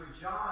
John